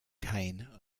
kane